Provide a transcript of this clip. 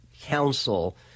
Council